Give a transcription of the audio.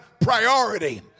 priority